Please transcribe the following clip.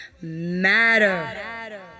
Matter